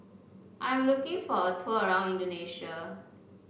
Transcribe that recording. I'm looking for a tour around Indonesia